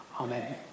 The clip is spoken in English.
Amen